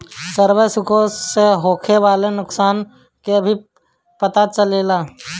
survey से सुखा से होखे वाला नुकसान के भी पता चलेला